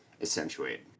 Accentuate